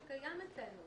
שלהם שיקבלו כמה שיותר כסף.